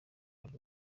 ariko